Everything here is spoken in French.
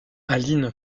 aline